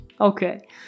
Okay